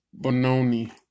Bononi